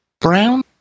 Brown